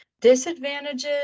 Disadvantages